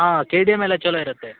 ಹಾಂ K D M ಎಲ್ಲ ಚಲೋ ಇರುತ್ತೆ